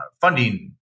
funding